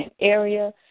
area